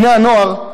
בני-הנוער,